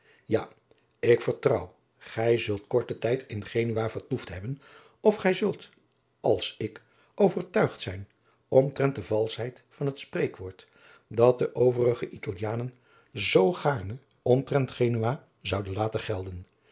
ja ik vertrouw gij zult korten tijd in genua vertoefd hebben of gij zult als ik overtuigd zijn omtrent de valschheid van het spreekwoord dat de overige italianen zoo gaarne omtrent genua zouden laten gelden